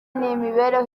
n’imibereho